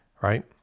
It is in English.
right